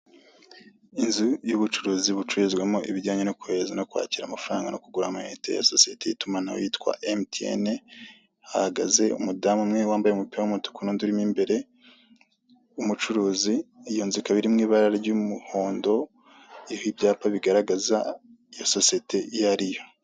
Inzu y'ubucuruzi bucuririzwamo ibijyanye no kohereza no kwakira amafaranga no kugura amayinite ya sosiyete y'itumanaho yitwa MTN, hahagaze umudamu umwe wambaye umupira w'umutuku n'undi urimo imbere w'umucuruzi iyo nzu ikaba iri mu ibara ry'umuhondo iriho ibyapa bigaragaza iyo sosiyete iyo ariyo.